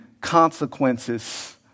consequences